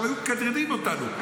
היו --- אותנו.